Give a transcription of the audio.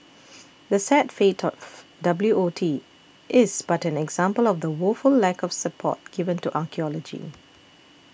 the sad fate of W O T is but an example of the woeful lack of support given to archaeology